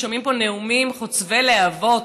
ושומעים פה נאומים חוצבי להבות